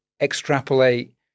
extrapolate